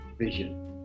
vision